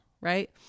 right